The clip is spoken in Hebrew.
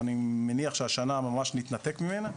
אני מניח שהשנה ממש נתנתק ממנה.